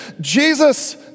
Jesus